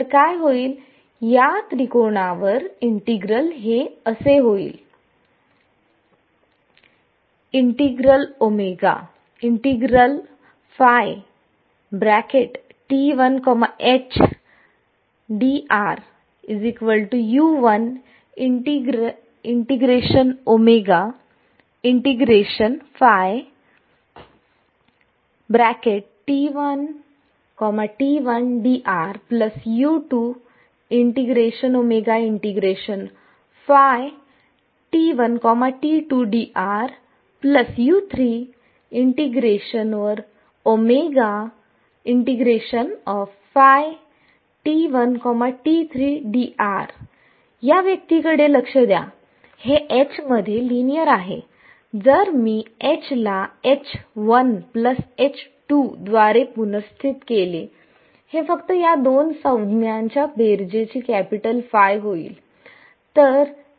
तर काय होईल तर या त्रिकोणावर इंटिग्रल हे असे होईल या व्यक्ती कडे लक्ष द्या हे H मध्ये लिनियर आहे जर मी ला द्वारे पुनर्स्थित केले हे फक्त या दोन संज्ञा च्या बेरजेचा कॅपिटल फाय होईल